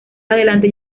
adelante